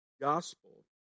gospel